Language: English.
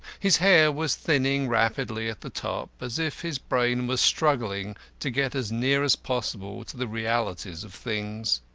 his hair was thinning rapidly at the top, as if his brain was struggling to get as near as possible to the realities of things.